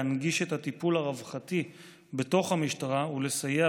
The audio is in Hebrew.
להנגיש את הטיפול הרווחתי בתוך המשטרה ולסייע